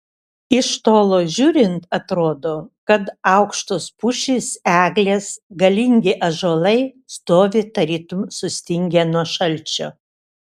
iš tolo žiūrint atrodo kad aukštos pušys eglės galingi ąžuolai stovi tarytum sustingę nuo šalčio